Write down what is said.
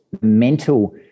mental